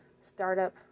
startup